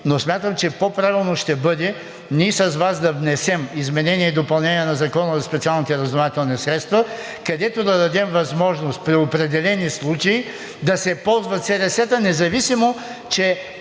Но смятам, че по-правилно ще бъде ние с Вас да внесем изменение и допълнение на Закона за специалните разузнавателни средства, където да дадем възможност при определени случаи да се ползват СРС-та, независимо че